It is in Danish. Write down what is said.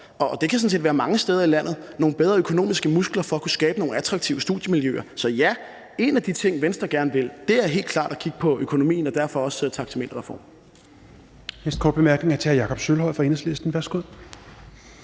sådan set være mange steder i landet, nogle større økonomiske muskler for at kunne skabe nogle attraktive studiemiljøer. Så ja, en af de ting, Venstre gerne vil, er helt klart at kigge på økonomien og derfor også taxameterreformen.